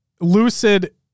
Lucid